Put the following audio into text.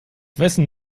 wessen